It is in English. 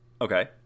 Okay